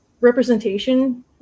representation